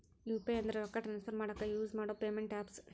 UPI ಅಂದ್ರ ರೊಕ್ಕಾ transfer ಮಾಡಾಕ ಯುಸ್ ಮಾಡೋ ಪೇಮೆಂಟ್ ಆಪ್ಸ್